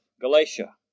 Galatia